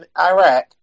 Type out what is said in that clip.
iraq